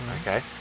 okay